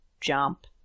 Jump